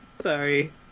Sorry